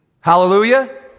Hallelujah